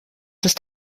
ist